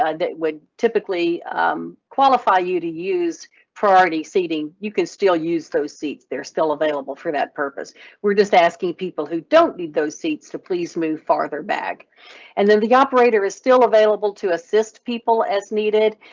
ah that would typically qualify you to use priority seating, you can still use those seats they're still available for that purpose. we're just asking people who don't need those seats to please move farther back and then the operator is still available to assist people as needed.